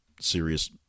serious